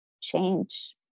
change